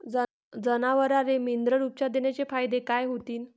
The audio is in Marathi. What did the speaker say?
जनावराले मिनरल उपचार देण्याचे फायदे काय होतीन?